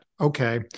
okay